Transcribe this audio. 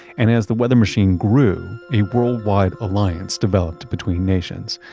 and as the weather machine grew, a worldwide alliance developed between nations.